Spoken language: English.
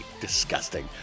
disgusting